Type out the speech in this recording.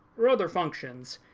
or other functions,